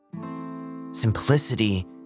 Simplicity